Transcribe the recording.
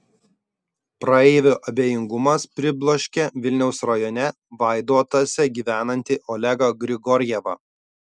praeivių abejingumas pribloškė vilniaus rajone vaidotuose gyvenantį olegą grigorjevą